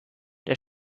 der